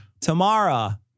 Tamara